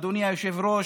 אדוני היושב-ראש,